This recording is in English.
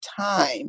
time